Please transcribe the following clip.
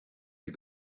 you